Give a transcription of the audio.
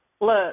look